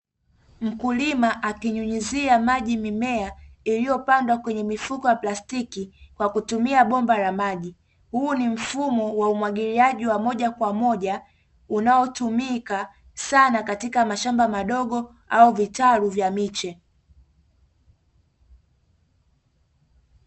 Mkulima akinyunyizia maji mimea iliyopandwa kwenye mifuko ya plastiki kwa kutumia bomba la maji. Huu ni mfumo wa umwagiliaji wa moja kwa moja, unaotumika sana katika mashamba madogo au vitalu vya miche.